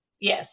Yes